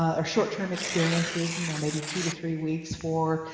ah or short-term experiences, you know, maybe two two three weeks, four.